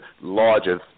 larger